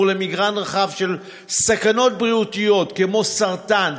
למגוון רחב של סכנות בריאותיות כמו סרטן,